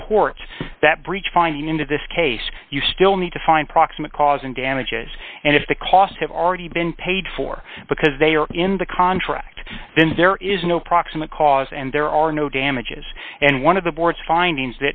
imports that breach fine into this case you still need to find proximate cause and damages and if the costs have already been paid for because they are in the contract then there is no proximate cause and there are no damages and one of the board's finding